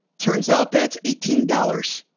turns out that's eighteen dollars,